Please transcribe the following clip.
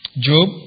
Job